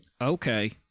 Okay